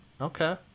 Okay